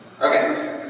Okay